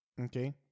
Okay